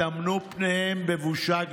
טמנו את פניהם בבושה גדולה,